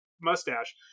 mustache